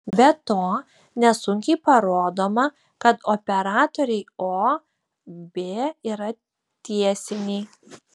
be to nesunkiai parodoma kad operatoriai o b yra tiesiniai